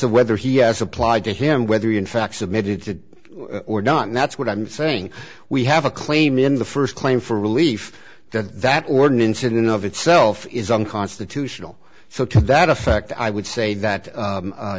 of whether he has applied to him whether in fact submitted to or done that's what i'm saying we have a claim in the first claim for relief that that ordinance in of itself is unconstitutional so to that effect i would say that